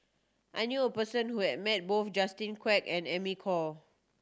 I knew a person who has met both Justin Quek and Amy Khor